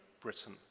Britain